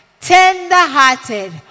Tender-hearted